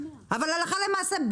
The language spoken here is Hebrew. אבל הלכה למעשה,